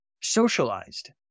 socialized